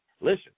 Listen